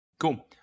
Cool